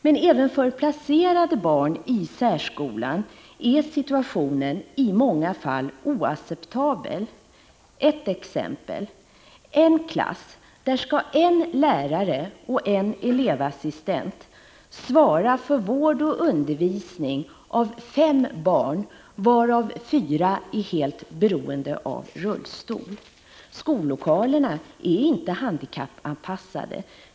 Men även för barn som har placerats i särskola är situationen i många fall oacceptabel. Ett exempel: I en klass skall en lärare och en elevassistent svara för vård och undervisning av fem barn, varav fyra är helt beroende av rullstol. Skollokalerna är inte handikappanpassade.